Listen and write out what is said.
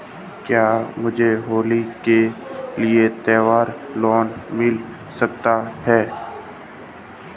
क्या मुझे होली के लिए त्यौहार लोंन मिल सकता है?